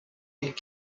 and